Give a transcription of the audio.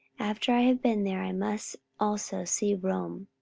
after i have been there, i must also see rome.